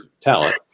talent